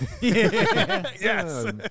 Yes